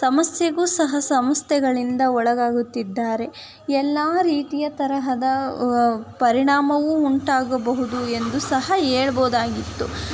ಸಮಸ್ಯೆಗೂ ಸಹ ಸಂಸ್ಥೆಗಳಿಂದ ಒಳಗಾಗುತ್ತಿದ್ದಾರೆ ಎಲ್ಲ ರೀತಿಯ ತರಹದ ಪರಿಣಾಮವೂ ಉಂಟಾಗಬಹುದು ಎಂದು ಸಹ ಹೇಳ್ಬೋದಾಗಿತ್ತು